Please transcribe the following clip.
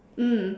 mm